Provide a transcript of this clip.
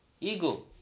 Ego